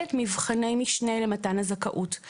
שכוללת מבחני משנה למתן הזכאות.